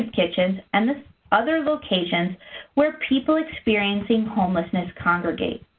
and kitchens and the other locations where people experiencing homelessness congregate.